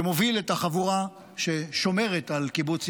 שמוביל את החבורה ששומרת על קיבוץ יפתח,